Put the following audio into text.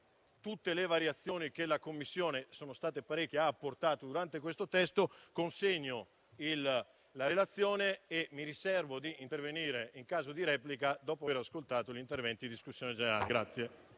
numerose variazioni che la Commissione ha apportato, consegno il testo della relazione e mi riservo di intervenire in sede di replica dopo aver ascoltato gli interventi in discussione generale.